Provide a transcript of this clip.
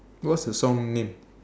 what's the song name